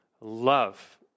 love